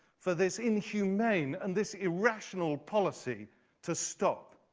for this inhumane, and this irrational policy to stop.